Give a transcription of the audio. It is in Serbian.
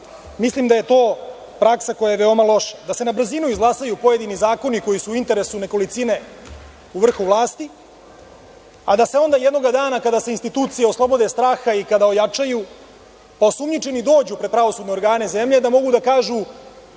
Mislim da je to praksa koja je veoma loša – da se na brzinu izglasaju pojedini zakoni koji su u interesu nekolicine u vrhu vlasti, a da se onda jednoga dana kada se institucije oslobode straha i kada ojačaju, pa osumnjičeni dođu pred pravosudne organe zemlje, da mogu da kažu: